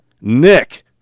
Nick